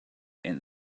and